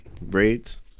braids